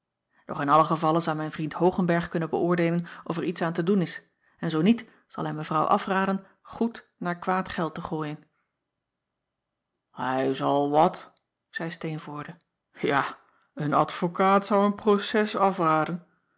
in allen gevalle zal mijn vriend oogenberg kunnen beöordeelen of er iets aan te doen is en zoo niet zal hij evrouw afraden goed naar kwaad geld te gooien ij zal wat zeî teenvoorde ja een advokaat zou een proces afraden